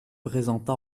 présenta